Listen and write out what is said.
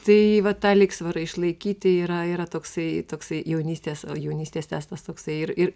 tai vat tą lygsvarą išlaikyti yra yra toksai toksai jaunystės o jaunystės testas toksai ir ir